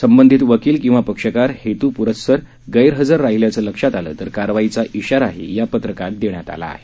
संबंधित वकील किंवा पक्षकार हेतुपुरस्सर गैरहजर राहिल्याचं लक्षात आलं तर कारवाईचा इशाराही या पत्रकात देण्यात आला आहे